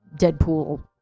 Deadpool